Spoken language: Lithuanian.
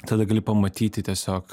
tada gali pamatyti tiesiog